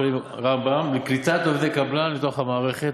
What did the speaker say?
בבית-חולים רמב"ם, בקליטת עובדי קבלן בתוך המערכת.